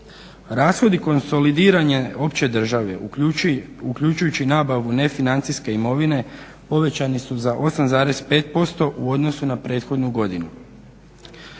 Rashodi konsolidiranje opće države uključujući nabavu nefinancijske imovine povećani su za 8,5% u odnosu na prethodnu godinu.